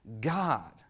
God